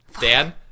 Dan